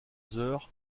heures